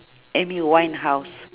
amy-winehouse